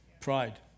Pride